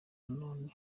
nanone